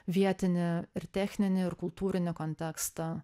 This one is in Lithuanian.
vietinį ir techninį ir kultūrinį kontekstą